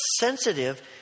sensitive